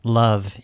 love